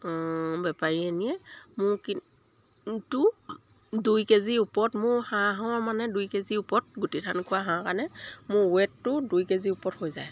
বেপাৰীয়ে নিয়ে মোৰ কিন্তু দুই কেজিৰ ওপৰত মোৰ হাঁহৰ মানে দুই কেজিৰ ওপৰত গুটি ধান খোৱা হাঁহ কাৰণে মোৰ ৱেইটটো দুই কেজিৰ ওপৰত হৈ যায়